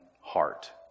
heart